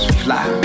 fly